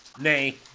Nay